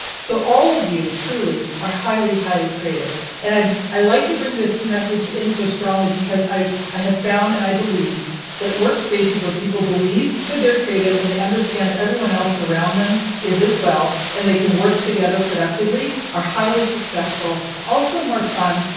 so all of you truly are highly, highly creative and i i like to bring this message in so strongly because i ah have found and i believe that workspaces where people believe that their creative and they understand that everyone else around them is as well and they can work together productively, are highly successful. also more fun,